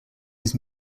his